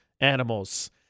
animals